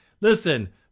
listen